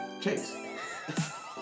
Chase